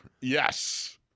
yes